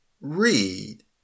read